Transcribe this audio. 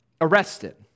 arrested